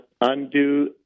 undo